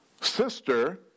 sister